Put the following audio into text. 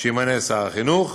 שימנה שר החינוך,